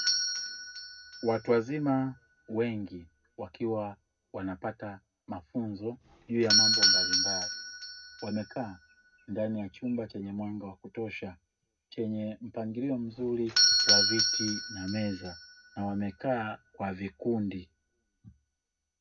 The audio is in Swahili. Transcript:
Watu wazima wengi wakiwa wanapata mafunzo juu ya mambo mbalimbali, wamekaa ndani ya chumba chenye mwanga wa kutosha, chenye mpangilio mzuri wa viti na meza na wamekaa kwa vikundi.